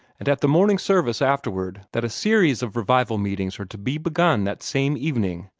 and at the morning service afterward, that a series of revival meetings are to be begun that same evening.